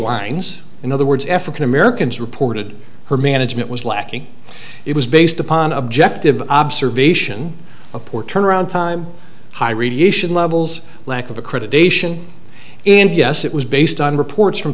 lines in other words african americans reported her management was lacking it was based upon objective observation of poor turnaround time high radiation levels lack of accreditation and yes it was based on reports from